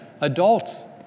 adults